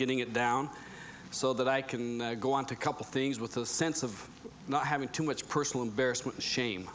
getting it down so that i can go on to couple things with the sense of not having too much personal embarrassment shame